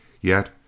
yet